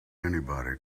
anybody